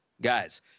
guys